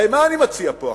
הרי מה אני מציע פה עכשיו?